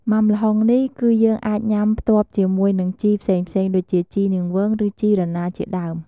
មុាំល្ហុងនេះគឺយើងអាចញុាំផ្ទាប់ជាមួយនឹងជីផ្សេងៗដូចជា ជីនាងវង ឬជីរណារជាដើម។